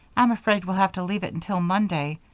i'm afraid we'll have to leave it until monday,